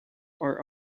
are